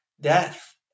death